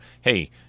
hey